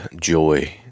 joy